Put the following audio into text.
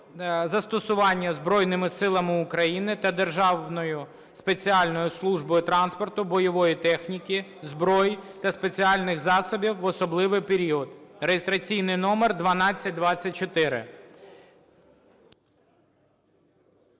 застосування Збройними Силами України та Державною спеціальною службою транспорту бойової техніки, зброї та спеціальних засобів в особливий період (реєстраційний номер 1224).